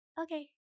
okay